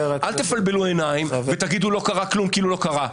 אל תפלבלו עיניים ותגידו לא קרה כלום כאילו לא קרה.